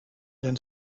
then